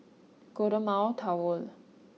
Golden Mile Tower